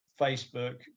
facebook